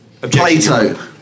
Plato